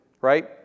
right